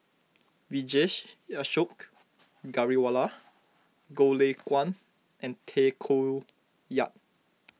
Vijesh Ashok Ghariwala Goh Lay Kuan and Tay Koh Yat